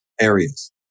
areas